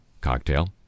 Cocktail